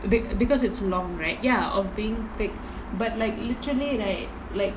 be~ because it's long right ya of being thick but like literally like like